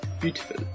Beautiful